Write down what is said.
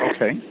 Okay